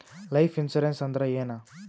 Life insurance ಅಂದ್ರ ಏನ?